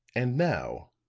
and now,